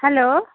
hello